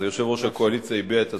יושב-ראש הקואליציה הביע את הסכמתו,